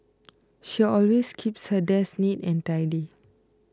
she always keeps her desk neat and tidy